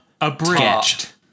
Abridged